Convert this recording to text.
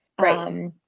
Right